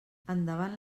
endavant